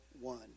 one